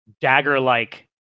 dagger-like